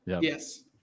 Yes